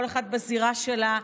כל אחת בזירה שלה,